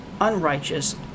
unrighteous